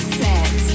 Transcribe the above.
set